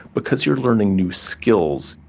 because you are learning new skills,